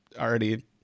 already